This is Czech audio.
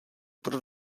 pro